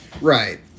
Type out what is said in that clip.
Right